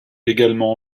également